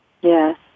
Yes